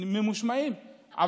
טיפה ממושמעים.